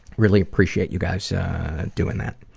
really appreciate you guys doing that.